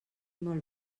molt